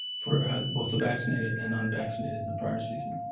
for both the vaccinated and unvaccinated in the prior season.